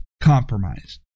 compromised